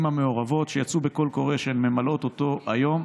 המעורבות, שיצאו בקול קורא שהן ממלאות אותו היום.